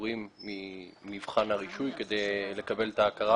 פטורים ממבחן הרישוי כדי לקבל את ההכרה